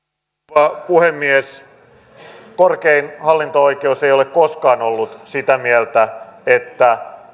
arvoisa rouva puhemies korkein hallinto oikeus ei ole koskaan ollut sitä mieltä että